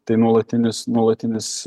tai nuolatinis nuolatinis